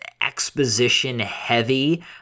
exposition-heavy